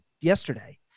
yesterday